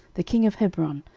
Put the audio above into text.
the king of hebron,